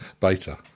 beta